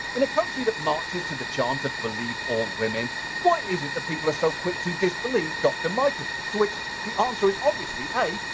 in a country that marches to the chant of, believe all women why is it that people are so quick to disbelieve dr. mikovits? to which the answer is obviously, a,